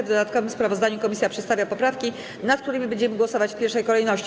W dodatkowym sprawozdania komisja przedstawia poprawki, nad którymi będziemy głosować w pierwszej kolejności.